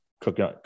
cooking